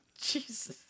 Jesus